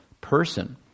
person